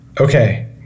Okay